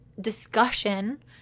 discussion